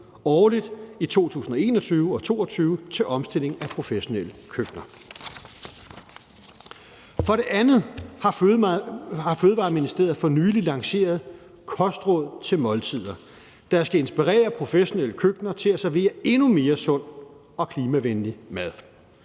årligt i 2021 og 2022 til omstillingen af professionelle køkkener. For det andet har Fødevareministeriet for nylig lanceret »Kostråd til Måltider«, der skal inspirere professionelle køkkener til at servere endnu mere sund og klimavenlig mad.